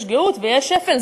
יש גאות ויש שפל,